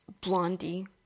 Blondie